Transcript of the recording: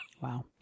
Wow